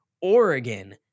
Oregon